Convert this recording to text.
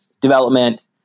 development